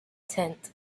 tent